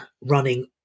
running